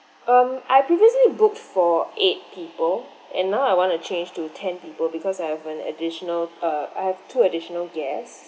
um I previously booked for eight people and now I want to change to ten people because I have an additional uh I have two additional guests